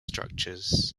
structures